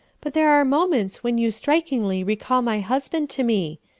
but there are moments when you strikingly recall my husband to me.